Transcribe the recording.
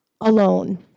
alone